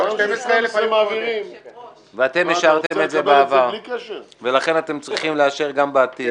אפשר בעיקרון להצביע?